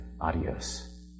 Adios